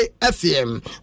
FM